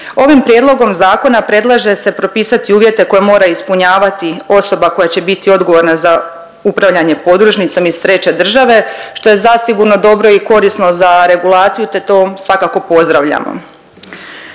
Ovim prijedlogom zakona predlaže se propisati uvjete koje mora ispunjavati osoba koja će biti odgovorna za upravljanje podružnicom iz treće države što je zasigurno dobro i korisno za regulaciju te to svakako pozdravljamo.